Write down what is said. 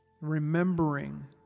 Remembering